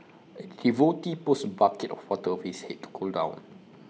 A devotee pours A bucket of water over his Head to cool down